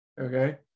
Okay